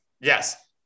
Yes